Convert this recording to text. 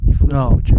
No